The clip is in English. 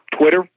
Twitter